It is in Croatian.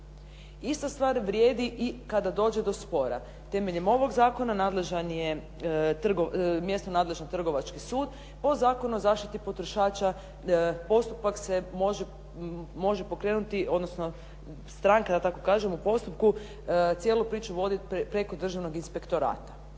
Ista stvar vrijedi i kada dođe do spora. Temeljem ovog zakona nadležan je mjesno Trgovački sud. Po Zakonu o zaštiti potrošača postupak se može pokrenuti, odnosno stranka da tako kažem u postupku cijelu priču vodi preko Državnog inspektorata.